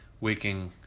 waking